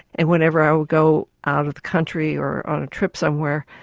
and whenever i would go out of the country or on a trip somewhere,